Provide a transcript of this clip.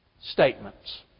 statements